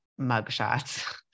mugshots